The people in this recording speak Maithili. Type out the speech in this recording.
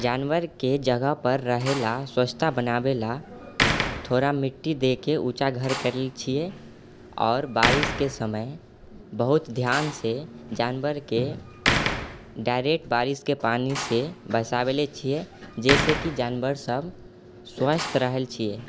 जानवरके जगहपर रहैलए स्वच्छता बनाबैलए थोड़ा मिट्टी दऽ कऽ ऊँचा घर करले छिए आओर बारिशके समय बहुत धियानसँ जानवरके डायरेक्ट बारिशके पानिसँ बचाबैलए छिए जाहिसँ कि जानवर सब स्वस्थ रहल छिए